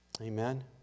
Amen